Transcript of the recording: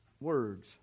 words